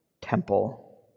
temple